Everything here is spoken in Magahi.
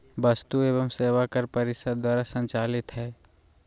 वस्तु एवं सेवा कर परिषद द्वारा संचालित हइ